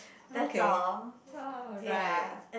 okay alright